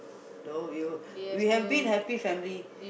no you we have been happy family